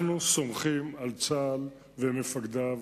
אנחנו סומכים על צה"ל ומפקדיו